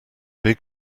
big